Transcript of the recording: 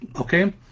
Okay